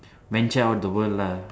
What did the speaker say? venture out the world lah